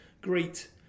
great